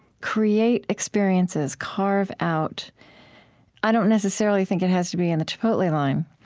create experiences, carve out i don't necessarily think it has to be in the chipotle line,